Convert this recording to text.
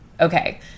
okay